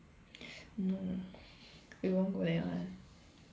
no we won't go there [one]